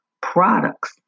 products